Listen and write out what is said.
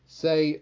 say